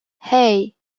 hey